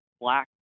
black